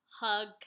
hug